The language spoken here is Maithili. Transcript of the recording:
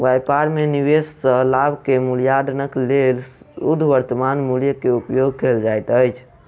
व्यापार में निवेश सॅ लाभ के मूल्याङकनक लेल शुद्ध वर्त्तमान मूल्य के उपयोग कयल जाइत अछि